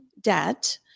debt